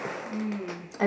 um